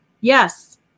Yes